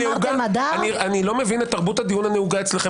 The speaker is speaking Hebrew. אני לא מבין את תרבות הדיון הנהוגה אצלכם